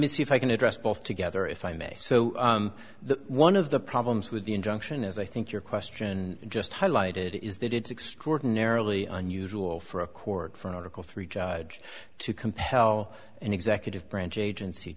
me see if i can address both together if i may so that one of the problems with the injunction is i think your question just highlighted is that it's extraordinarily unusual for a court for article three judge to compel an executive branch agency